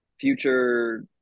future